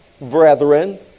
Brethren